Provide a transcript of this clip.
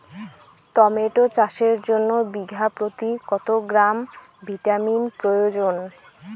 Tomato চাষের জন্য বিঘা প্রতি কত গ্রাম ভিটামিন প্রয়োজন?